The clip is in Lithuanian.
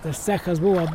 tas cechas buvo